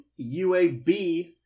UAB